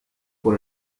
por